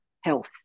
health